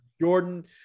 Jordan